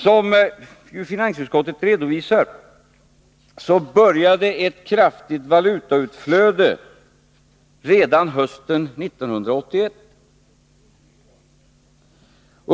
Som finansutskottet redovisar började ett kraftigt valutautflöde redan hösten 1981.